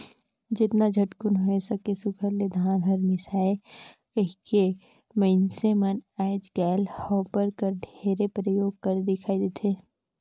जेतना झटकुन होए सके सुग्घर ले धान हर मिसाए जाए कहिके मइनसे मन आएज काएल हापर कर ढेरे परियोग करत दिखई देथे